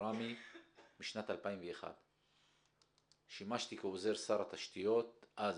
בראמה משנת 2001. שימשתי כעוזר שר התשתיות אז.